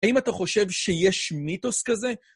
האם אתה חושב שיש מיתוס כזה?